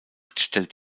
stellt